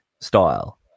style